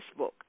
Facebook